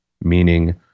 meaning